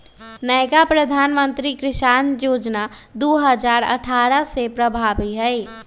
नयका प्रधानमंत्री किसान जोजना दू हजार अट्ठारह से प्रभाबी हइ